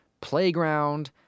playground